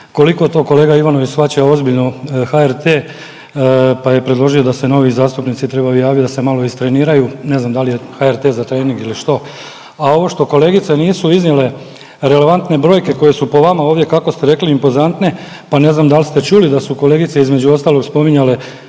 Koliko to kolega Ivanović shvaća ozbiljno HRT pa je predložio da se novi zastupnici trebaju javit da se malo istreniraju. Ne znam da li HRT za trening ili što? A ovo što kolegice nisu iznijele relevantne brojke koje su po vama ovdje, kako ste rekli impozantne, pa ne znam da li ste čuli da su kolegice između ostalog spominjale